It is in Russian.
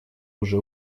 уже